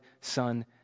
son